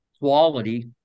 quality